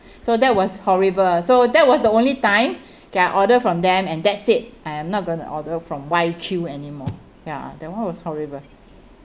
so that was horrible so that was the only time okay I order from them and that's it I'm not going to order from why Q anymore ya that [one] was horrible